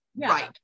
right